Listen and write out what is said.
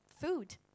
food